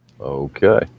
Okay